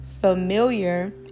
familiar